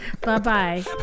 Bye-bye